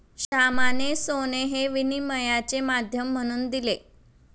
श्यामाने सोने हे विनिमयाचे माध्यम म्हणून दिले